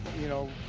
you know,